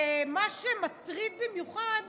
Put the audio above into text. מה שמטריד במיוחד